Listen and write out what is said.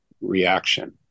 reaction